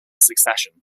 succession